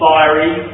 Fiery